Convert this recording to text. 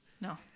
No